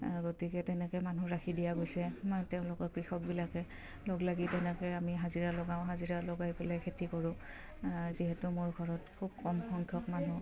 গতিকে তেনেকে মানুহ ৰাখি দিয়া গৈছে তেওঁলোকৰ কৃষকবিলাকে লগ লাগি তেনেকে আমি হাজিৰা লগাওঁ হাজিৰা লগাই পেলাই খেতি কৰোঁ যিহেতু মোৰ ঘৰত খুব কম সংখ্যক মানুহ